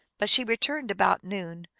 but she returned about noon,